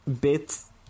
bits